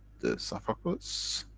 the esophagus,